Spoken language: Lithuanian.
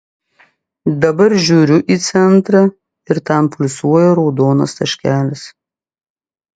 dabar žiūriu į centrą ir ten pulsuoja raudonas taškelis